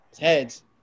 Heads